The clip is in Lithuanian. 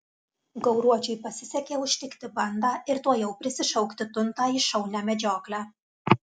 gauruočiui pasisekė užtikti bandą ir tuojau prisišaukti tuntą į šaunią medžioklę